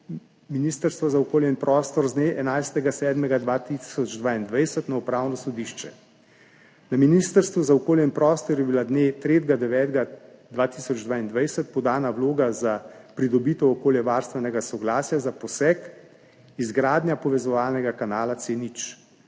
Ministrstva za okolje in prostor z dne 11. 7. 2022 na Upravno sodišče. Na Ministrstvu za okolje in prostor je bila dne 3. 9. 2022 podana vloga za pridobitev okoljevarstvenega soglasja za poseg izgradnje povezovalnega kanala C0.